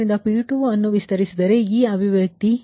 ಆದ್ದರಿಂದ P2 ಅನ್ನು ವಿಸ್ತರಿಸಿದರೆ ಈ ಅಭಿವ್ಯಕ್ತಿ